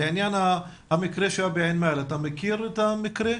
לעניין המקרה שהיה בעין מאהל אתה מכיר את המקרה